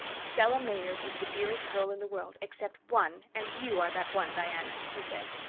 stella maynard is the dearest girl in the world except one and you are that one, diana, she said.